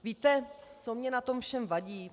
Víte, co mně na tom všem vadí?